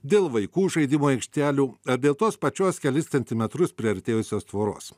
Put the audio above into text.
dėl vaikų žaidimų aikštelių ar dėl tos pačios kelis centimetrus priartėjusios tvoros